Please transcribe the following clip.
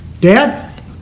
Dad